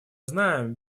знаем